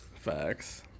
facts